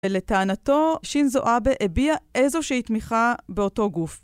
ולטענתו, שינזואבה הביעה איזושהי תמיכה באותו גוף.